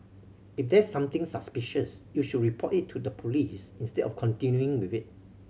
if there's something suspicious you should report it to the police instead of continuing with it